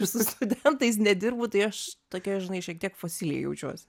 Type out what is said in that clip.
ir su studentais nedirbu tai aš tokia žinai šiek tiek fosilija jaučiuos